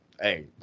Hey